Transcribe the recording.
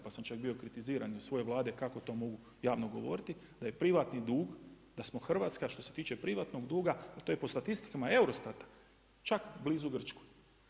Pa sam čak bio kritiziran i od svoje Vlade kako to mogu javno govoriti, da je privatni dug, da Hrvatska što se tiče privatnog duga jer to je po statistika EUROSTAT-a, čak blizu Grčkoj.